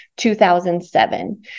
2007